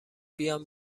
بیام